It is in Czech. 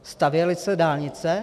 Stavěly se dálnice?